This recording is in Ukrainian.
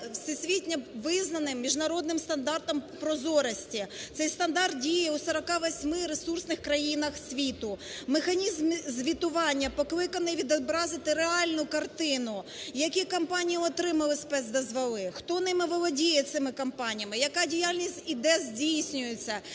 всесвітньо визнаним міжнародним стандартом прозорості. Цей стандарт діє у 48 ресурсних країнах світу. Механізм звітування покликаний відобразити реальну картину: які компанії отримали спецдозволи, хто ними володіє, цими компаніями, яка діяльність і де здійснюється,